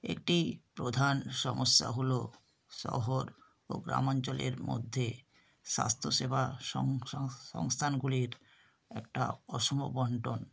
একটি প্রধান সমস্যা হল শহর ও গ্রামাঞ্চলের মধ্যে স্বাস্থ্যসেবা সংস্থানগুলির একটা অসম বন্টন